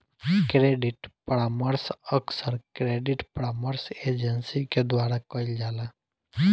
credit परामर्श अक्सर credit परामर्श एजेंसी के द्वारा कईल जाला